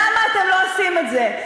למה אתם לא עושים את זה?